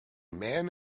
man